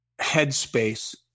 headspace